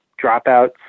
dropouts